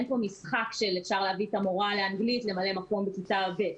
אין פה משחק של אפשר להביא את המורה לאנגלית למלא מקום בכיתה ב',